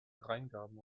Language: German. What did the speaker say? dreingaben